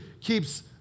keeps